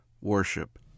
worship